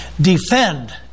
defend